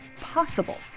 possible